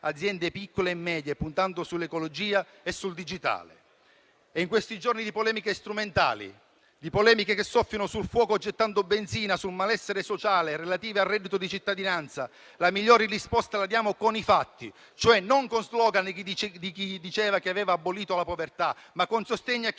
aziende piccole e medie, puntando sull'ecologia e sul digitale. In questi giorni di polemiche strumentali, di polemiche che soffiano sul fuoco gettando benzina sul malessere sociale relative al reddito di cittadinanza, la migliore risposta la diamo con i fatti: non con gli *slogan* di chi diceva che aveva abolito la povertà, ma con sostegno a chi